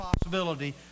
possibility